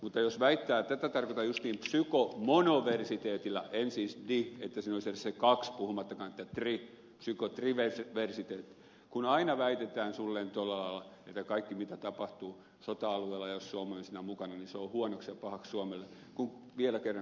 mutta jos väittää tätä tarkoitan justiin psykomonoversiteetillä en siis di että siinä olisi edes se kaksi puhumattakaan että tri psykotriversiteetti kun aina väitetään suunnilleen tuolla lailla että kaikki mitä tapahtuu sota alueella ja jos suomi on siinä mukana on huonoa ja pahaksi suomelle vielä kerran